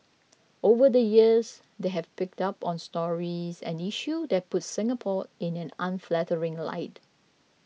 over the years they have picked up on stories and issue that puts Singapore in an unflattering light